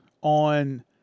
on